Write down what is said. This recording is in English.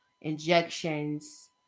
injections